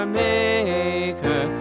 maker